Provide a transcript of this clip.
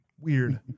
Weird